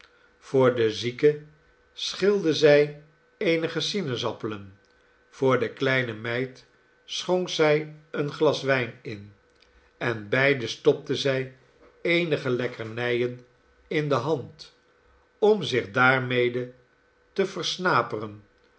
voor den zieke schilde zij eenige sinaasappelen voor de kleine meid schonk zij een glas wijn in en beide stopte zij eenige lekkernijen in de hand om zich daarmede te versnaperen